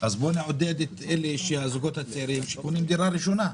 ונעודד את הזוגות הצעירים שקונים דירה ראשונה.